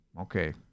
Okay